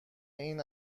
این